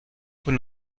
con